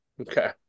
okay